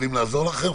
יכולים לעזור לכם?